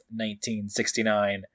1969